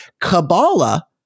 Kabbalah